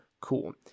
Cool